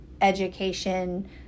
education